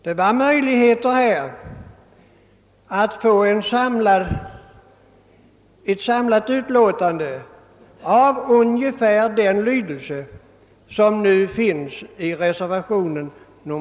Här fanns möjligheter att få ett samlat utlåtande av ungefär den lydelse som nu återfinns i reservationen 2.